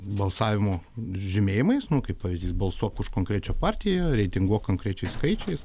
balsavimo žymėjimais nu kaip pavyzdys balsuok už konkrečią partiją reitinguok konkrečiais skaičiais